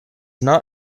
not